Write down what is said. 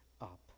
up